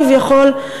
כביכול,